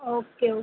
okay ஓ